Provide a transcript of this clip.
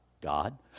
God